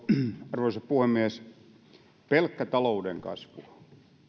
arvoisa puhemies pelkkä talouden kasvu